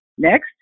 Next